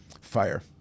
fire